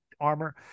armor